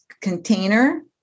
container